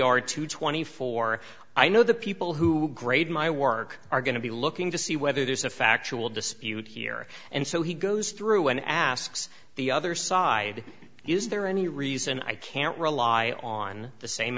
r two twenty four i know the people who grade my work are going to be looking to see whether there's a factual dispute here and so he goes through an asks the other side is there any reason i can't rely on the same